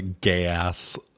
gay-ass